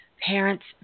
Parents